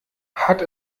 hat